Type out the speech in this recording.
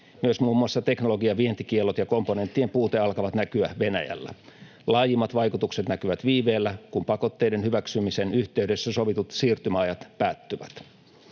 Myös muun muassa teknologiavientikiellot ja komponenttien puute alkavat näkyä Venäjällä. Laajimmat vaikutukset näkyvät viiveellä, kun pakotteiden hyväksymisen yhteydessä sovitut siirtymäajat päättyvät.